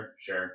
sure